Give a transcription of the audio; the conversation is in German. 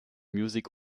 music